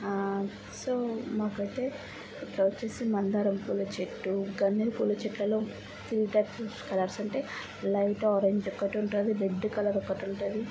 so మాకైతే ఇట్లా వచ్చేసి మందారం పూల చెట్టు గన్నేరు పూల చెట్లలో త్రీ టైప్స్ ఆఫ్ కలర్స్ ఉంటాయి లైట్ ఆరెంజ్ ఒకటుంటుంది రెడ్ కలర్ ఒకటుంటుంది